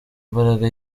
imbaraga